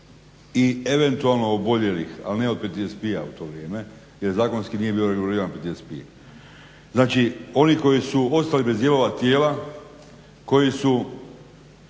i eventualno oboljelih, ali ne od PTSP-a u to vrijeme jer zakonski nije bio reguliran PTSP. Znači oni koji su ostali bez dijelova tijela, koji su